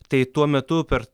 tai tuo metu per